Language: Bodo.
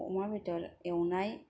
अमा बेदर एवनाय